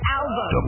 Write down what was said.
album